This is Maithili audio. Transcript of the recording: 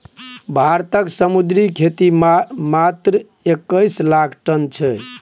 भारतक समुद्री खेती मात्र एक्कैस लाख टन छै